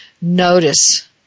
notice